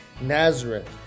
Nazareth